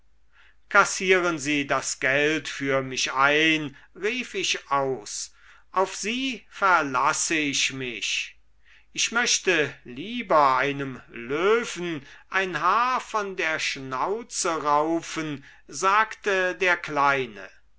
kassieren sie das geld für mich ein rief ich aus auf sie verlasse ich mich ich möchte lieber einem löwen ein haar von der schnauze raufen sagte der kleine